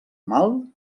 mal